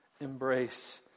Embrace